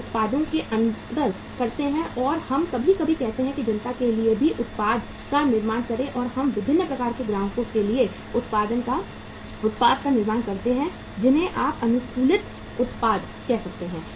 हम उत्पादों में अंतर करते हैं और हम कभी कभी कहते हैं कि जनता के लिए भी उत्पाद का निर्माण करें और हम विभिन्न प्रकार के ग्राहकों के लिए उत्पाद का निर्माण करते हैं जिन्हें आप अनुकूलित उत्पाद कह सकते हैं